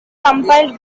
compiled